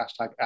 hashtag